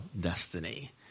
destiny